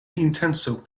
intenco